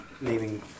naming